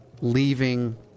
leaving